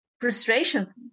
frustration